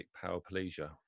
paraplegia